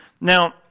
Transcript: Now